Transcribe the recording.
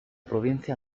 provincia